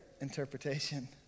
interpretation